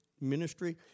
Ministry